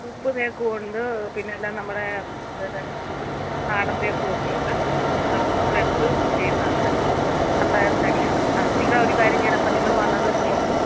ഉപ്പ് തേക്കുമുണ്ട് പിന്നെ എല്ലാ നമ്മുടെ ഇവിറ്റെ നാടൻ തേക്കുമൊക്കെയുണ്ട് അവിടെ നമ്മൾ എടുത്തു ചെയ്യുന്നതാണ് ഇതെല്ലാം നല്ല തടിയാണ് ആ നിങ്ങൾ ഒരു കാര്യം ചെയ്യണം അപ്പം നിങ്ങൾ വന്നത് നമുക്കൊന്ന്